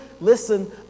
listen